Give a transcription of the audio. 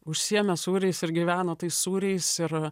užsiėmė sūriais ir gyveno tais sūriais ir